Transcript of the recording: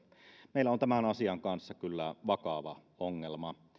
meillä on tämän asian kanssa kyllä vakava ongelma